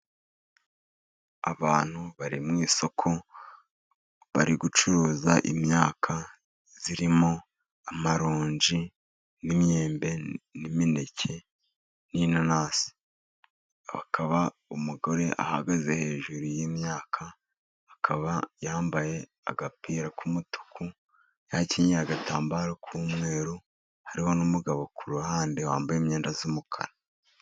Abantu bari mu isoko bari gucuruza imyaka, irimo amaronji n'imyembe n'imineke n'inanasi, akaba umugore ahagaze hejuru y'imyaka, akaba yambaye agapira k'umutuku, yakenyeye agatambaro k'umweru, hariho n'umugabo ku ruhande wambaye imyenda y'umukara.